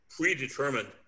predetermined